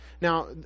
Now